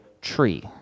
tree